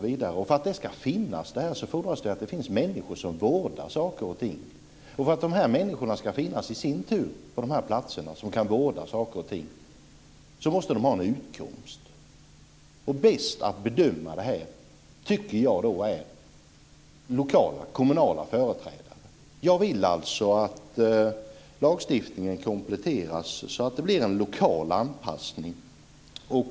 För att det ska finnas där fordras det att det finns människor som vårdar saker och ting. För att de här människorna, som kan vårda saker och ting, i sin tur ska finnas på de här platserna måste de ha en utkomst. Bäst på att bedöma detta tycker jag är lokala kommunala företrädare. Jag vill alltså att lagstiftningen kompletteras så att det blir en lokal anpassning.